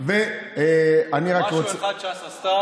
מאיר שפיגלר,